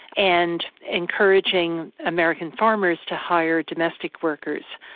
and encouraging american farmers to hire domestic workers.